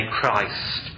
Christ